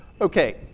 Okay